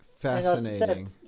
Fascinating